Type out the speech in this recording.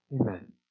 Amen